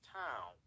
town